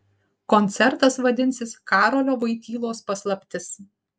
koncertas vadinsis karolio voitylos paslaptis